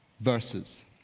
verses